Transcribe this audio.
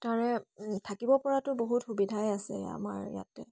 তাৰে থাকিব পৰাতো বহুত সুবিধাই আছে আমাৰ ইয়াতে